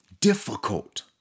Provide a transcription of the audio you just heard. difficult